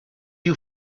you